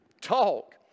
talk